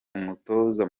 umutoza